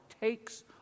takes